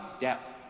depth